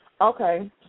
Okay